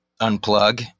unplug